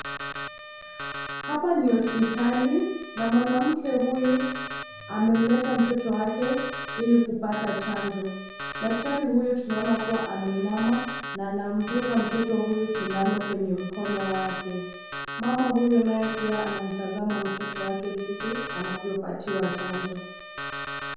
Hapa ni hospitali na mwanamke huyu amemleta mtoto wake ili kupata chanjo, daktari huyu tunaona kuwa ameinama na anamdunga mtoto huyu sindano kwenye mkono wake. Mama huyu naye pia anamtazama mtoto wake jinsi anavyopatiwa chanjo.